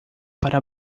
para